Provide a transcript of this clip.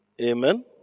Amen